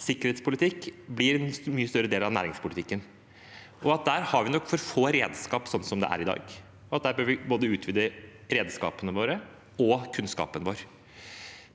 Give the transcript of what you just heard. Sikkerhetspolitikk blir en mye større del av næringspolitikken, og der har vi nok for få redskap slik det er i dag. Der bør vi utvide både redskapene våre og kunnskapen vår.